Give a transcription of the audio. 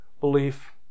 belief